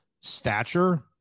stature